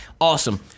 awesome